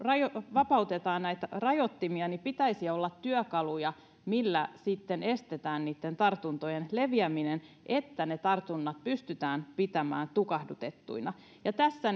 vapautetaan näitä rajoittimia niin pitäisi olla työkaluja millä sitten estetään niitten tartuntojen leviäminen niin että ne tartunnat pystytään pitämään tukahdutettuina tässä